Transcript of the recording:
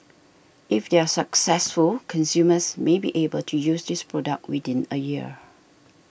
if they are successful consumers may be able to use this product within a year